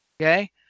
Okay